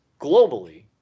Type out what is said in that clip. globally